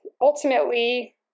ultimately